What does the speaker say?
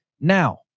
now